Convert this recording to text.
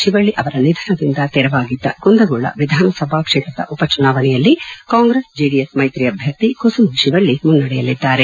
ಶಿವಳ್ಳ ಅವರ ನಿಧನದಿಂದ ತೆರವಾಗಿದ್ದ ಕುಂದಗೋಳ ವಿಧಾನಸಭಾ ಕ್ಷೇತ್ರದ ಉಪಚುನಾವಣೆಯಲ್ಲಿ ಕಾಂಗ್ರೆಸ್ ಜೆಡಿಎಸ್ ಮೈತ್ರಿ ಅಭ್ಜರ್ಥಿ ಕುಸುಮಾ ಶಿವಳ್ಳಿ ಮುನ್ನಡೆಯಲ್ಲಿದ್ದಾರೆ